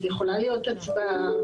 אז יכולה להיות הצבעה,